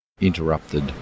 interrupted